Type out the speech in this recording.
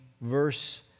verse